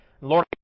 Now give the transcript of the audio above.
Lord